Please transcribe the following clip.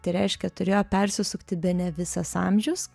tai reiškia turėjo persisukti bene visas amžius